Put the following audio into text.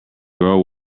girl